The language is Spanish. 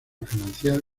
financiar